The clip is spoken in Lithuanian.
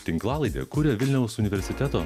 tinklalaidę kuria vilniaus universiteto